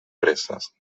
presses